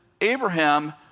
Abraham